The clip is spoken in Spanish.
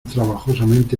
trabajosamente